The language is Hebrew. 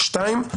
שניים,